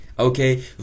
okay